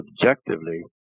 objectively